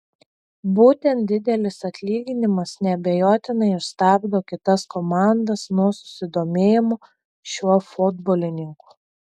būtent didelis atlyginimas neabejotinai ir stabdo kitas komandas nuo susidomėjimo šiuo futbolininku